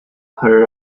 her